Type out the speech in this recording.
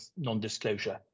non-disclosure